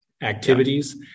activities